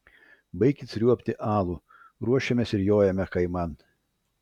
baikit sriuobti alų ruošiamės ir jojame kaiman